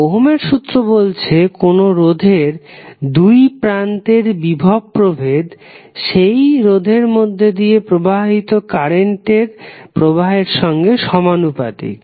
ওহমের সূত্র বলছে কোনো রোধের দুই প্রান্তের বিভব প্রভেদ সেই রোধের মধ্যে দিয়ে প্রবাহিত তড়িৎ প্রবাহের সঙ্গে সমানুপাতিক